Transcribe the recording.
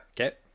Okay